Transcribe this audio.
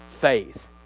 faith